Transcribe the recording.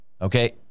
okay